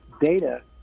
data